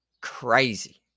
crazy